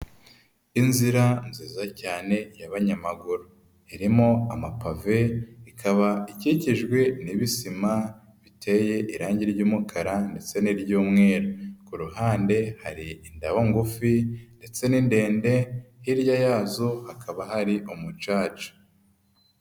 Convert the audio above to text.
Inzira nziza cyane y'abanyamaguru irimo amapave, ikaba ikikijwe n'ibisima biteye irange ry'umukara ndetse n'iry'umweru, ku ruhande hari indabo ngufi ndetse n'idende hirya yazo hakaba hari umucaca.